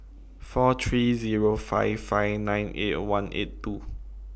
four three Zero five five nine eight one eight two